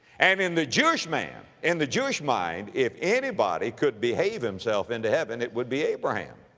and in the jewish man, in the jewish mind, if anybody could behave himself into heaven, it would be abraham.